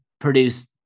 produce